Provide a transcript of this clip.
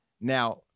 now